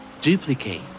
duplicate